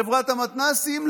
חברת המתנ"סים,